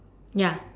ya